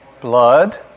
Blood